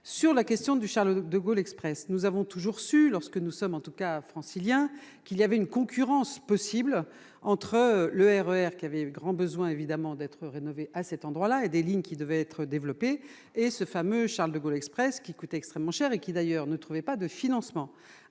sur la question du Charles-de-Gaulle Express, nous avons toujours su, lorsque nous sommes en tout cas francilien qu'il y avait une concurrence possible entre le RER qui avait grand besoin évidemment d'être rénové à cet endroit-là et des lignes qui devait être développé et ce fameux Charles-de-Gaulle Express qui coûte extrêmement cher et qui d'ailleurs ne trouvait pas de financement